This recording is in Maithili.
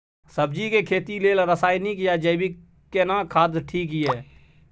सब्जी के खेती लेल रसायनिक या जैविक केना खाद ठीक ये?